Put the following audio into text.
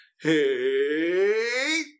Hey